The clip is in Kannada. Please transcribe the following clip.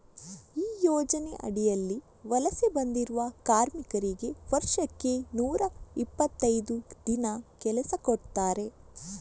ಈ ಯೋಜನೆ ಅಡಿಯಲ್ಲಿ ವಲಸೆ ಬಂದಿರುವ ಕಾರ್ಮಿಕರಿಗೆ ವರ್ಷಕ್ಕೆ ನೂರಾ ಇಪ್ಪತ್ತೈದು ದಿನ ಕೆಲಸ ಕೊಡ್ತಾರೆ